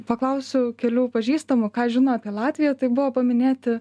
paklausiau kelių pažįstamų ką žino apie latviją tai buvo paminėti